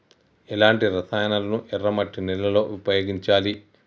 ఎలాంటి రసాయనాలను ఎర్ర మట్టి నేల లో ఉపయోగించాలి?